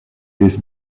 this